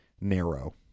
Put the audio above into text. narrow